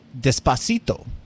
Despacito